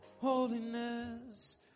Holiness